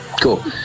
Cool